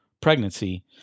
pregnancy